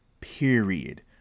period